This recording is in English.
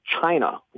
China